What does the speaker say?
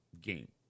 game